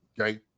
Okay